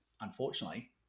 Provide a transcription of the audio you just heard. unfortunately